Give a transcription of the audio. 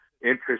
interest